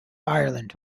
ireland